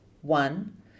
one